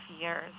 years